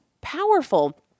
powerful